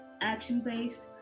action-based